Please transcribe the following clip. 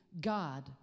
God